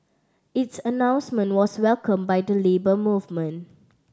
its announcement was welcomed by the Labour Movement